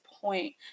point